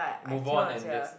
move on and just